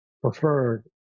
preferred